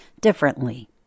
differently